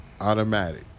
automatic